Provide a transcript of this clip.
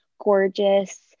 gorgeous